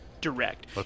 Direct